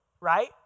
right